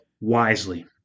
wisely